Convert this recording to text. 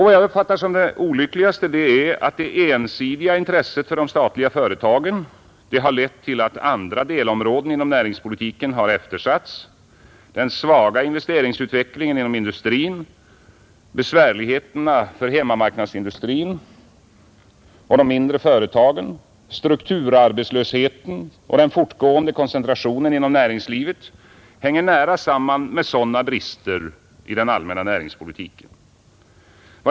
Vad jag uppfattar som det olyckligaste är att det ensidiga intresset för de statliga företagen har lett till att andra delområden inom näringspolitiken har eftersatts. Den svaga investeringsutvecklingen inom industrin, besvärligheterna för hemmamarknadsindustrin och de mindre företagen, strukturarbetslösheten och den fortgående koncentrationen inom näringslivet hänger nära samman med sådana brister i den allmänna näringspolitiken.